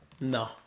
No